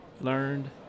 learned